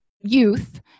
youth